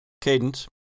Cadence